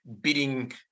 bidding